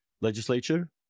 legislature